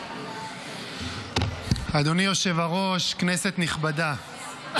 אדוני היושב-ראש, כנסת נכבדה.